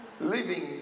living